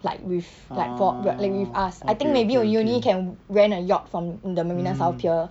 like with like for like with us I think maybe a you only can rent a yacht from the marina south pier